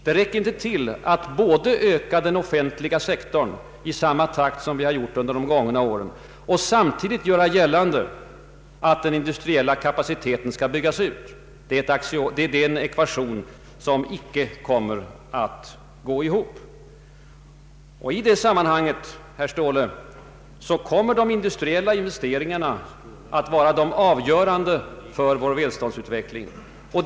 Det går inte i längden att både öka den offentliga sektorn i samma takt som under de gångna åren och samtidigt göra gällande att den industriella kapaciteten skall byggas ut. Det är en ekvation som icke kommer att gå ihop. I det sammanhanget, herr Ståhle, kan vi inte bortse ifrån att det är de industriella investeringarna som är avgörande för välståndsutvecklingen.